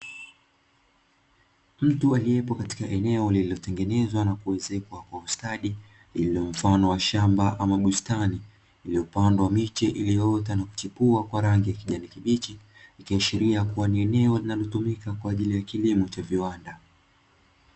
Mtu aliyepo katika eneo lililotengemezwa na kuezekwa kwa ustadi, lililo mfano wa shamba au bustani iliyopandwa miche iliyoota na kuchipua miche ya kijani kibichi ikiashiria kuwa ni eneo linalotumika kwa ajili ya kilimo cha viwanda.